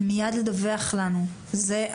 כמה מתוך דיווחי אלימות או הפרעות הסדר